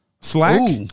Slack